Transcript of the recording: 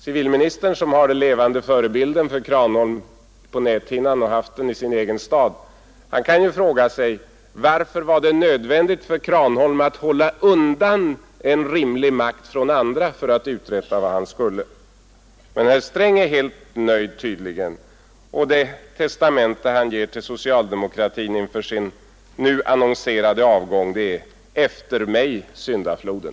Civilministern, som har haft den levande förebilden i sin egen hemstad, kan ju fråga sig: Varför var det nödvändigt för Kranholm att hålla undan en rimlig makt från andra för att uträtta vad han skulle? Men herr Sträng är tydligen helt nöjd, och det testamente han ger till socialdemokratin inför sin nu annonserade avgång är: Efter mig syndafloden.